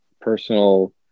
personal